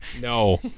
No